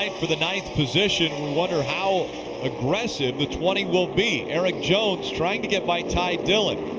for the ninth position. we wondered how aggressive the twenty will be. erik jones trying to get by ty dillon.